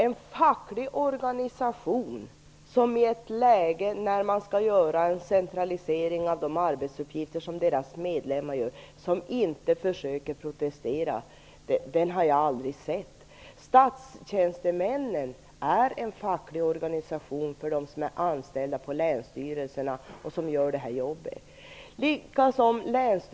En facklig organisation som inte försöker protestera i ett läge när man skall göra en centralisering av de arbetsuppgifter som organisationens medlemmar gör, den har jag aldrig sett. Statstjänstemännen är en facklig organisation för dem som är anställda på länsstyrelserna och gör detta jobb.